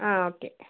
ആ ഓക്കെ